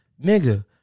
Nigga